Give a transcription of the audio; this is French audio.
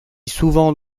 souvent